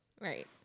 Right